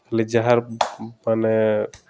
ନି ଯାହାର ମାନେ